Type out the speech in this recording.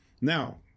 Now